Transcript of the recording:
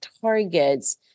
targets